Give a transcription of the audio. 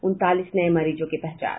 उनतालीस नये मरीजों की पहचान